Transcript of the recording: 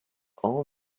all